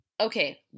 okay